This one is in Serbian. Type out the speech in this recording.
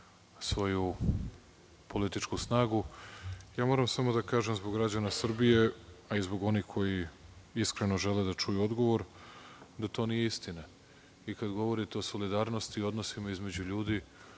svoju političku snagu. Moram samo da kažem zbog građana Srbije, a i zbog onih koji iskreno žele da čuju odgovor da to nije istina.i kad govorite o solidarnosti, odnosima među ljudima.